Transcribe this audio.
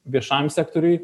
viešajam sektoriuj